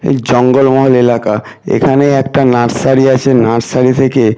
এই জঙ্গলমহল এলাকা এখানে একটা নার্সারি আছে নার্সারি থেকে